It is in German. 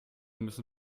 müssen